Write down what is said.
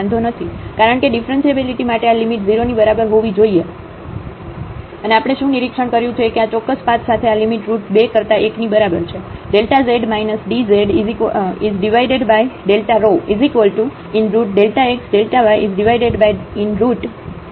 કારણ કે ઙીફરન્શીએબીલીટી માટે આ લિમિટ 0 ની બરાબર હોવી જોઈએ અને આપણે શું નિરીક્ષણ કર્યું છે કે આ ચોક્કસ પાથ સાથે આ લિમિટ રુટ 2 કરતા 1 ની બરાબર છે